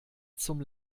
zum